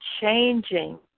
changing